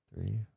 three